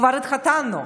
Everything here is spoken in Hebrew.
כבר התחתנו.